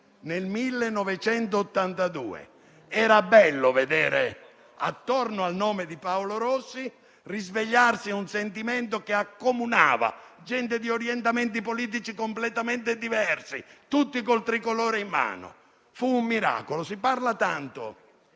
nel 1982, era bello vedere risvegliarsi attorno al nome di Paolo Rossi un sentimento che accomunava gente di orientamenti politici completamente diversi, tutti col Tricolore in mano. Fu un miracolo. Si parla tanto,